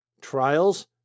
trials